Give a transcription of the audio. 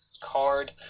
card